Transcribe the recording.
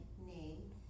name